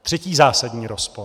Třetí zásadní rozpor.